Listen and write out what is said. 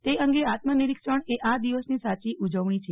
તે અંગે આત્મ નિરીક્ષણ એ આ દિવસની સાચી ઉજવણી છે